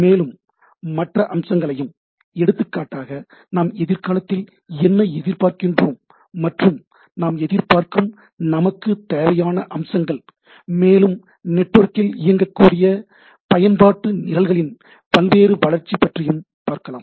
மேலும் மற்ற அம்சங்களையும் எடுத்துக்காட்டாக நாம் எதிர்காலத்தில் என்ன எதிர்பார்க்கின்றோம் மற்றும் நாம் எதிர்பார்க்கும் நமக்குத் தேவையான அம்சங்கள் மேலும் நெட்வொர்க்கில் இயங்கக்கூடிய பயன்பாட்டு நிரல்களின் பல்வேறு வளர்ச்சி பற்றியும் பார்க்கலாம்